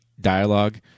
dialogue